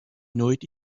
nooit